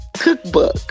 cookbook